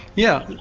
yeah.